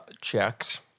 checks